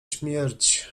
śmierć